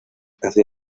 hace